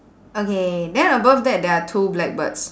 okay then above that there are two black birds